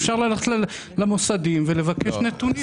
אפשר ללכת למוסדיים ולבקש נתונים.